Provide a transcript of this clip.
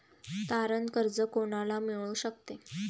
तारण कर्ज कोणाला मिळू शकते?